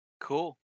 Cool